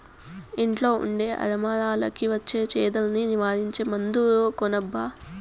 ఇంట్లో ఉండే అరమరలకి వచ్చే చెదల్ని నివారించే మందు కొనబ్బా